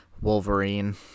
wolverine